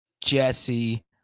Jesse